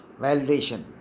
validation